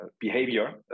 behavior